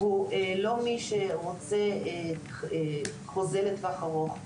ולא מעוניין בחוזה עבודה לטווח ארוך.